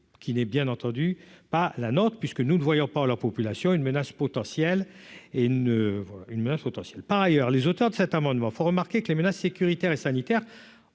qui n'est bien entendu pas la nôtre puisque nous ne voyons pas leur population une menace potentielle et ne une menace potentielle par ailleurs les auteurs de cet amendement, font remarquer que les menaces sécuritaires et sanitaires